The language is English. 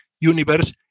universe